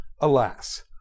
Alas